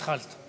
התחלת.